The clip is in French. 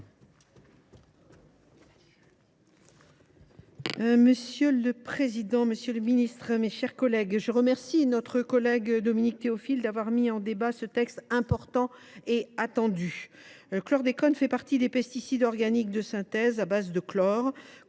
Monsieur le président, monsieur le ministre, mes chers collègues, je remercie notre collègue Dominique Théophile d’avoir mis en débat ce texte important et attendu. Le chlordécone fait partie des pesticides organiques de synthèse à base de chlore,